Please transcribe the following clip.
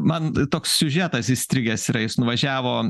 man toks siužetas įstrigęs yra jis nuvažiavo